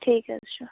ٹھیٖک حظ چھُ